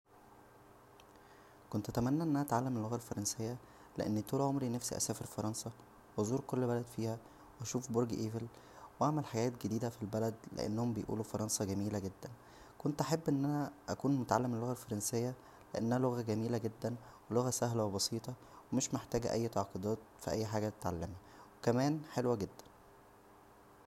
كنت اتمنى ان انا اتعلم اللغة الفرنسيه لان طول عمرى نفسى اسافر فرنسا و ازور كل بلد فيها واشوف برج ايفل واعمل حاجات جيده فالبلد لانهم بيقولو فرنسا جميله جدا كنت احب ان انا اكون متعلم اللغه الفرنسيه لانها لغه جميله جدا ولغة سهله و بسيطه مش محتاجه اى تعقيدات فى اى حد يتعلمها كمان حلوه جدا